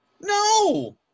No